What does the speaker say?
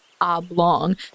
oblong